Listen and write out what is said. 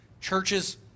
churches